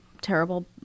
terrible